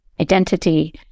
identity